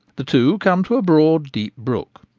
the two come to a broad deep brook.